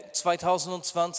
2020